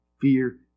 fear